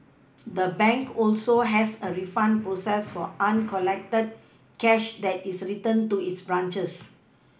the bank also has a refund process for uncollected cash that is returned to its branches